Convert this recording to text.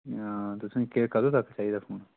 तुसेंगी केह् कदूं तक चाहिदा फोन